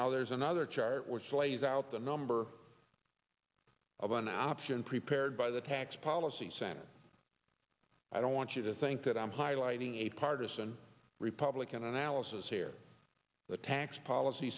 now there's another chart which lays out the number of an option prepared by the tax policy center i don't want you to think that i'm highlighting a partisan republican analysis here the tax policy